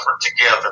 together